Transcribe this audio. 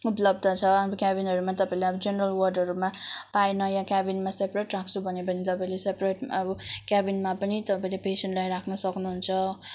उपलब्ध छ अब क्याबिनहरूमा तपाईँले जेनरल वार्डहरूमा पाएन यहाँ क्याबिनमा सेपरेट राख्छु भन्यो भने तपाईँले सेपरेट अब क्याबिनमा पनि तपाईँले पेसेन्टलाई राख्न सक्नुहुन्छ